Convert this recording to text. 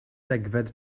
degfed